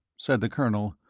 said the colonel,